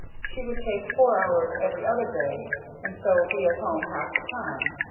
she would take four hours every other day and so be at home half the time.